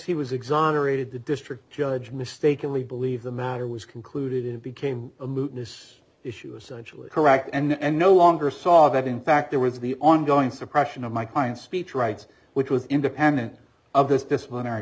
he was exonerated the district judge mistakenly believe the matter was concluded it became a move this issue essentially correct and no longer saw that in fact there was the ongoing suppression of my client's speech rights which was independent of this disciplinary